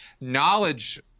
knowledge